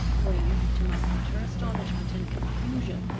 when to my utter astonishment and confusion,